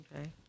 Okay